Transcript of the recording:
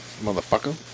motherfucker